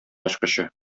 ачкычы